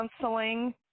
counseling